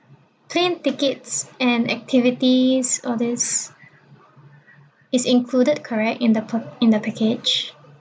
plane tickets and activities all these is included correct in the pe~ in the package